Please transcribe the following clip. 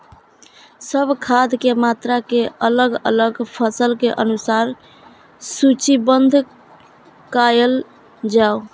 सब खाद के मात्रा के अलग अलग फसल के अनुसार सूचीबद्ध कायल जाओ?